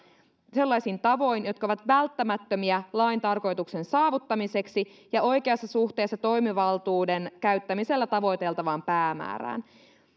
sellaisin tavoin jotka ovat välttämättömiä lain tarkoituksen saavuttamiseksi ja oikeassa suhteessa toimivaltuuden käyttämisellä tavoiteltavaan päämäärään